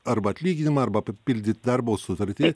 arba atlyginimą arba papildyt darbo sutartį